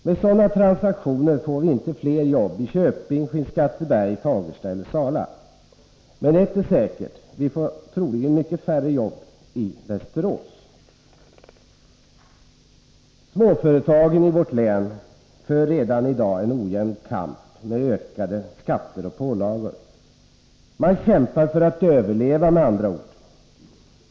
Med sådana transaktioner får vi inte fler jobb i Köping, Skinnskatteberg, Fagersta eller Sala, men ett är säkert: vi får troligen mycket färre jobb i Västerås. Småföretagen i vårt län för redan i dag en ojämn kamp med ökade skatter och pålagor. Man kämpar för att överleva, med andra ord.